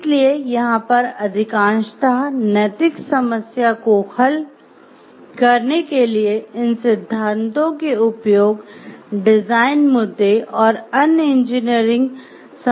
इसीलिए यहाँ पर अधिकांशतः नैतिक समस्या को हल करने के लिए इन सिद्धांतों के उपयोग डिजाइन मुद्दे और अन्य इंजीनियरिंग समस्याओं को देखेंगे